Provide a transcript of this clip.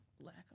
lack